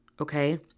Okay